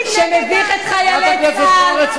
נבחן כל ארגון שמביך את חיילי צה"ל,